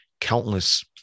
countless